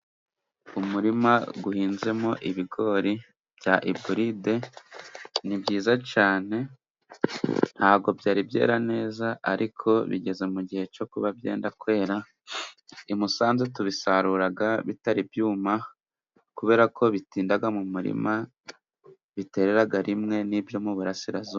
Umurima guhinzemo ibigori bya Iburide ni byiza cane ntabwo byari byera neza ariko bigeze mu gihe co kuba byenda kwera i Musanze tubisaruraga bitari byuma kubera ko bitindaga mu murima bitereraga rimwe n'ibyo mu Burasirazuba.